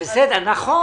נכון.